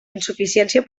insuficiència